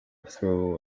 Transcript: through